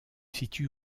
situe